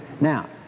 now